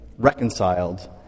Reconciled